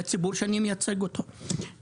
לציבור שאני מייצג אותו.